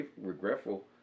regretful